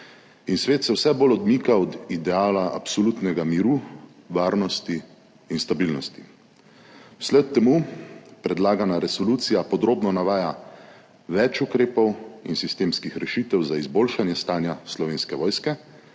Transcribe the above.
in svet se vse bolj odmika od ideala absolutnega miru, varnosti in stabilnosti. Vsled temu predlagana resolucija podrobno navaja več ukrepov in sistemskih rešitev za izboljšanje stanja Slovenske vojske,